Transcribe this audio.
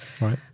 Right